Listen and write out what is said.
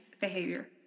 behavior